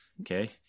okay